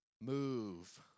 move